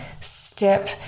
step